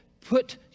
put